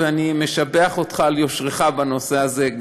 אני משבח אותך על יושרך גם בנושא הזה,